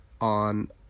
on